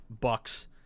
Bucks